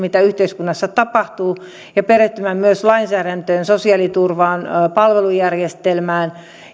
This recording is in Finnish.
mitä yhteiskunnassa tapahtuu ja perehtymään myös lainsäädäntöön sosiaaliturvaan palvelujärjestelmään